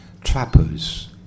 trappers